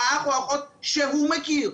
האח או האחות שהוא מכיר,